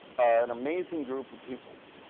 and amazing group of people,